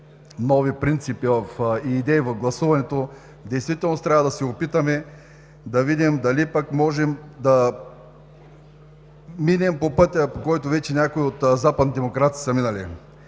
нови принципи и идеи в гласуването, трябва да се опитаме да видим дали пък можем да минем по пътя, по който някои от западните демокрации вече са минали.